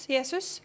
Jesus